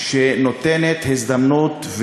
שנותנת הזדמנות.